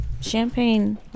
champagne